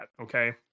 okay